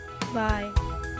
Bye